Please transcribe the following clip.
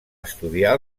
estudiar